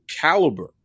caliber